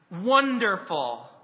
Wonderful